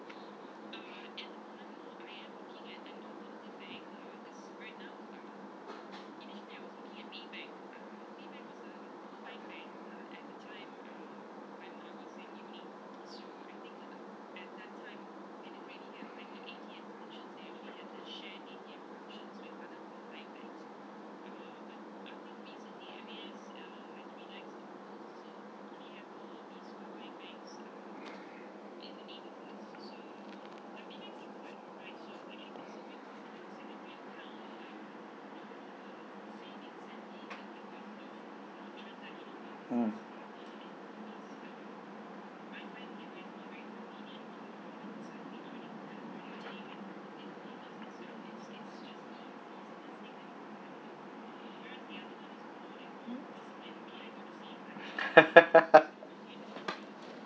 mm